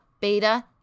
beta